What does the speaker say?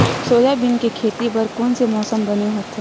Soybean के खेती बर कोन से मौसम बने होथे?